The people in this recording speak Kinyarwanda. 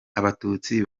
abatutsi